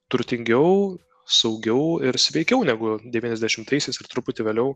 turtingiau saugiau ir sveikiau negu devyniasdešimtaisiais ir truputį vėliau